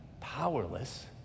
powerless